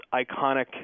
iconic